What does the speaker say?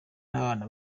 n’abana